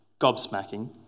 gobsmacking